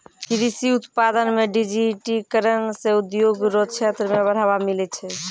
कृषि उत्पादन मे डिजिटिकरण से उद्योग रो क्षेत्र मे बढ़ावा मिलै छै